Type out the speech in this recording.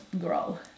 grow